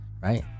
Right